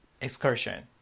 Excursion